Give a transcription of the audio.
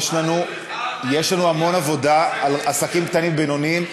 יש לנו המון עבודה על עסקים קטנים ובינוניים.